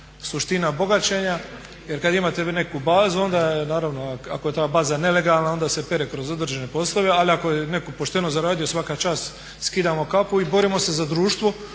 suština bogaćenja. Jer kad imate neku bazu onda naravno ako je ta baza nelegalna onda se pere kroz određene poslove. Ali ako je netko pošteno zaradio svaka čast, skidamo kapu i borimo se za društvo